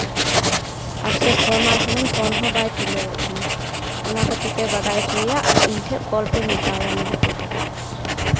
ᱟᱨ ᱥᱮ ᱯᱷᱳᱱᱟᱭ ᱠᱟᱱᱟᱹᱧ ᱯᱷᱳᱱ ᱦᱚᱸ ᱵᱟᱭ ᱛᱩᱞᱟᱹᱣ ᱮᱫ ᱛᱤᱧᱟᱹ ᱚᱱᱟ ᱠᱟᱹᱴᱤᱡ ᱯᱮ ᱵᱟᱰᱟᱭ ᱦᱚᱪᱚᱭᱮᱭᱟ ᱟᱨ ᱤᱧ ᱴᱷᱮᱱ ᱠᱚᱞ ᱯᱮ ᱢᱮᱛᱟᱣᱟᱭᱟ ᱱᱤᱦᱟᱹᱛ ᱛᱮᱜᱮ